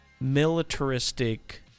militaristic